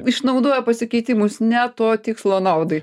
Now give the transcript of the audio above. išnaudoja pasikeitimus ne to tikslo naudai